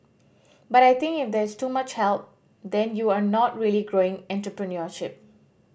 but I think if there's too much help then you are not really growing entrepreneurship